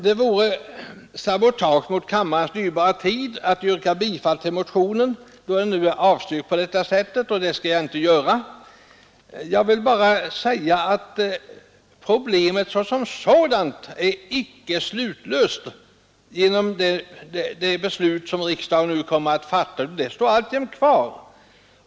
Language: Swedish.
Det vore sabotage mot kammarens dyrbara tid att yrka bifall till motionen, då den nu är avstyrkt, och det skall jag inte göra. Men problemet såsom sådant är icke slutligt löst genom det beslut som riksdagen nu kommer att fatta, utan det står alltjämt kvar.